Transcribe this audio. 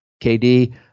KD